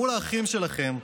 מול האחים שלכם,